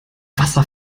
wasser